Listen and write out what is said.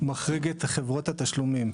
מחריג את חברות התשלומים.